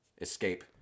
escape